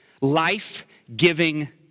life-giving